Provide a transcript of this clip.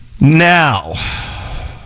Now